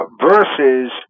versus